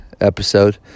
episode